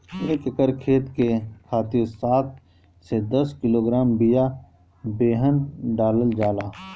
एक एकर खेत के खातिर सात से दस किलोग्राम बिया बेहन डालल जाला?